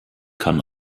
kann